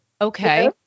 okay